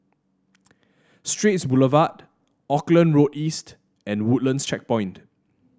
Straits Boulevard Auckland Road East and Woodlands Checkpoint